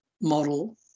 model